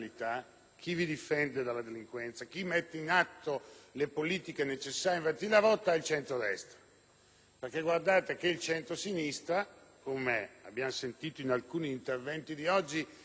perché il centrosinistra - come abbiamo sentito in alcuni interventi svolti oggi - è inadeguato e ideologicamente impreparato ad affrontare tali tematiche.